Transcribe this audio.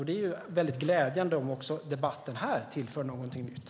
Det är därför glädjande om även debatten här tillför någonting nytt.